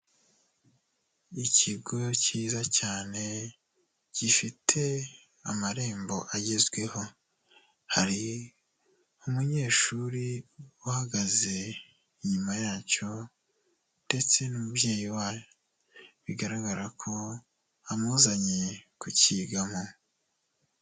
Ikigo cyiza cyane gifite amarembo agezweho, hari umunyeshuri uhagaze inyuma yacyo ndetse n'umubyeyi wayo bigaragara ko amuzanye kucyigamo.